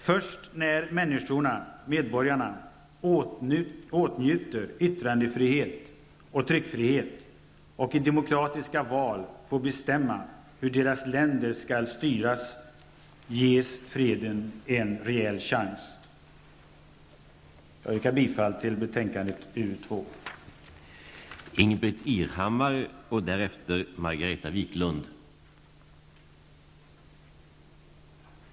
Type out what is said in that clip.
Först när människorna, medborgarna, åtnjuter yttrandefrihet och tryckfrihet och i demokratiska val får bestämma hur deras länder skall styras ges freden en rejäl chans. Jag yrkar bifall till hemställan i utrikesutskottets betänkande 2.